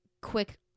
quick